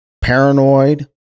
paranoid